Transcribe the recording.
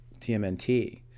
TMNT